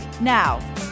Now